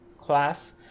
class